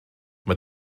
mae